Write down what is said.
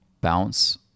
bounce